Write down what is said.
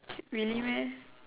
really meh